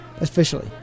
officially